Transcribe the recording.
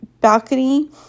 balcony